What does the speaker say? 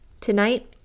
Tonight